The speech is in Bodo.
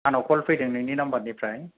आंनाव खल फैदों नोंनि नामबार निफ्राय